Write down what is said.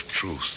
truth